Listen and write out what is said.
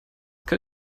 kann